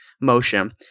motion